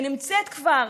שנמצאת כבר